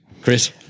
Chris